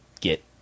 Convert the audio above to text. get